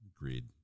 Agreed